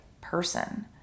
person